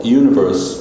universe